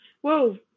whoa